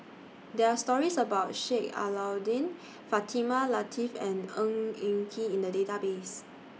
There Are stories about Sheik Alau'ddin Fatimah Lateef and Ng Eng Kee in The Database